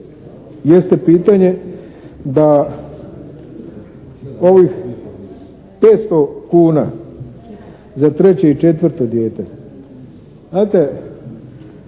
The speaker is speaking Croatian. jeste pitanje da ovih 500 kuna za treće i četvrto dijete.